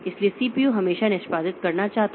इसलिए CPU हमेशा निष्पादित करना चाहता है